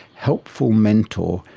helpful mentor.